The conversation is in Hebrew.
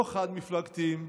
לא חד-מפלגתיים,